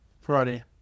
Friday